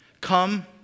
Come